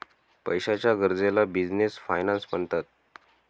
पैशाच्या गरजेला business finance म्हणतात